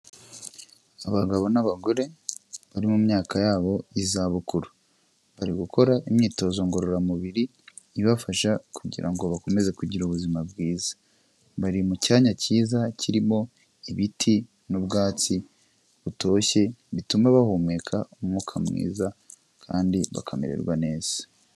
Abagabo n'abagore bari mu myaka yabo y'izabukuru, bari gukora imyitozo ngororamubiri ibafasha kugira ngo bakomeze kugira ubuzima bwiza, bari mu cyanya cyiza kirimo ibiti n'ubwatsi butoshye, bituma bahumeka umwuka mwiza kandi bakamererwa neza.